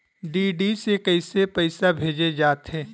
DD से कइसे पईसा भेजे जाथे?